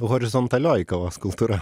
horizontalioji kavos kultūra